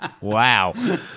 Wow